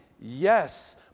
Yes